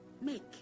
make